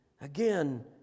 again